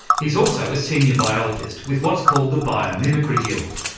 he's also a senior biologist with what's called the biomimicry guild,